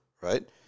right